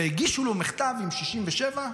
והגישו לו מכתב עם 67,